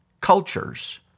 cultures